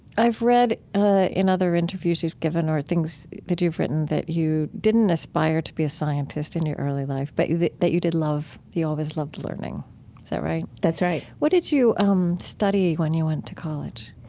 i've read ah in other interviews you've given or things that you've written that you didn't aspire to be a scientist in your early life but that that you did love you always loved learning. is that right? that's right what did you um study when you went to college?